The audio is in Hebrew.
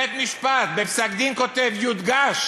בית-משפט כותב בפסק-דין: יודגש